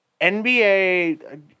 NBA